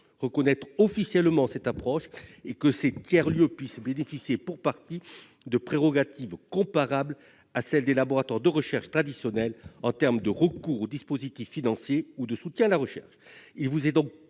reconnaître officiellement cette approche et que ces tiers lieux puissent bénéficier, pour partie, de prérogatives comparables à celles des laboratoires de recherche traditionnelle, en termes de recours aux dispositifs financiers ou de soutien à la recherche.